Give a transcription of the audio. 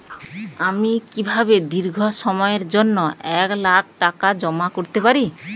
আমি কিভাবে দীর্ঘ সময়ের জন্য এক লাখ টাকা জমা করতে পারি?